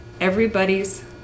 everybody's